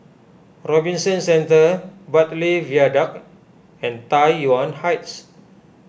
Robinson Centre Bartley Viaduct and Tai Yuan Heights